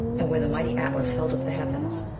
and where the mighty atlas held up the heavens.